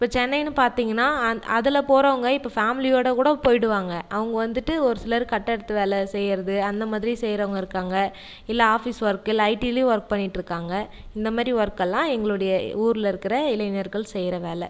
இப்போ சென்னைன்னு பார்த்தீங்கன்னா அந் அதில் போகிறவங்க இப்போ ஃபேமிலியோடய கூட போயிடுவாங்க அவங்கள் வந்துட்டு ஒரு சிலர் கட்டடத்து வேலை செய்யுறது அந்தமாதிரி செய்கிறவங்க இருக்காங்கள் இல்லை ஆஃபிஸ் வொர்க் இல்லை ஐடிலியும் வொர்க் பண்ணிட்டு இருக்காங்கள் இந்தமாதிரி வொர்க்கேல்லாம் எங்களுடைய ஊரில் இருக்கிற இளைஞர்கள் செய்கிற வேலை